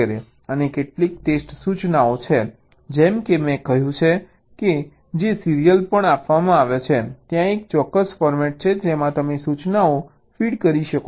અને કેટલીક ટેસ્ટ સૂચનાઓ છે જેમ કે મેં કહ્યું કે જે સીરીયલ પણ આપવામાં આવે છે ત્યાં એક ચોક્કસ ફોર્મેટ છે જેમાં તમે સૂચનાઓ ફીડ કરી શકો છો